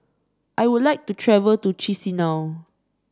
I would like to travel to Chisinau